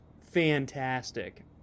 fantastic